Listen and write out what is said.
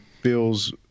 feels